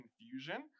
confusion